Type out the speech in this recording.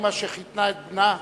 אמא שחיתנה את בנה,